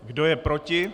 Kdo je proti?